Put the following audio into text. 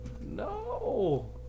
No